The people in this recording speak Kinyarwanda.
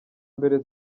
mbere